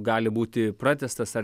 gali būti pratęstas ar